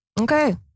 Okay